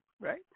right